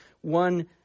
one